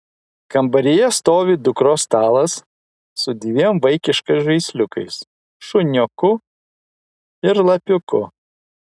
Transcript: kambaryje stovi dukros stalas su dviem vaikiškais žaisliukais šuniuku ir lapiuku